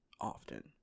often